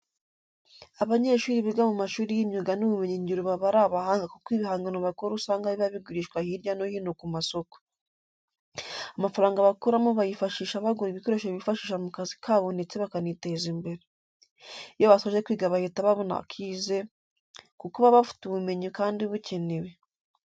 Abanyeshuri biga mu mashuri y'imyuga n'ubumenyingiro baba ari abahanga kuko ibihangano bakora usanga biba bigurishwa hirya no hino ku masoko. Amafaranga bakuramo bayifashisha bagura ibikoresho bifashisha mu kazi kabo ndetse bakaniteza imbere. Iyo basoje kwiga bahita babona akize kuko baba bafite ubumenyi kandi bukenewe.